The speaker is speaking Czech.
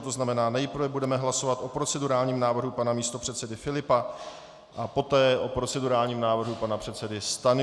To znamená, nejprve budeme hlasovat o procedurálním návrhu pana místopředsedy Filipa a poté o procedurálním návrhu pana předsedy Stanjury.